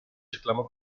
exclamó